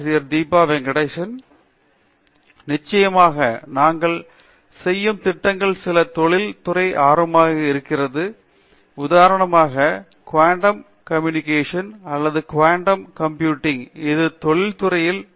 பேராசிரியர் தீபா வெங்கடேசன் நிச்சயமாக நாங்கள் செய்யும் திட்டங்களில் சில தொழில் துறைகளில் ஆர்வம் இருக்காது உதாரணமாக குவாண்டம் கம்யூனிகேஷன் அல்லது குவாண்டம் கம்ப்யூட்டிங் அது தொழில் துறையில் இல்லை